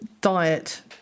diet